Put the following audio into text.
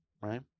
right